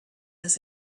his